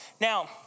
Now